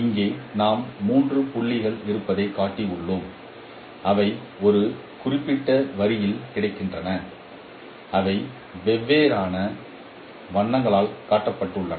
இங்கே நாம் மூன்று புள்ளிகள் இருப்பதைக் காட்டியுள்ளோம் அவை ஒரு குறிப்பிட்ட வரியில் கிடக்கின்றன அவை வெவ்வேறு வண்ணங்களால் காட்டப்படுகின்றன